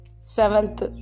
Seventh